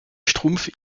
schtroumpfs